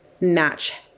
match